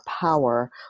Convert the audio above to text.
power